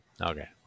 Okay